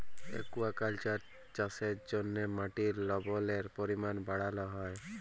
aquaculture চাষের জ্যনহে মাটির লবলের পরিমাল বাড়হাল হ্যয়